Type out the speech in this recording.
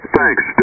thanks